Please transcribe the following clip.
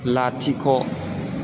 लाथिख'